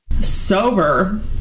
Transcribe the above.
sober